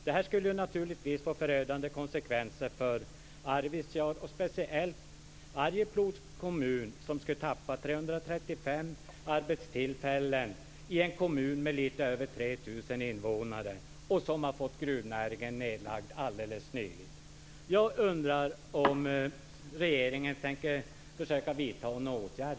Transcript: Det här skulle naturligtvis få förödande konsekvenser för Arvidsjaur och speciellt för Arjeplogs kommun med lite över 3 000 invånare som skulle tappa 355 arbetstillfällen - och där gruvnäringen nyligen lades ned.